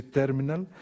terminal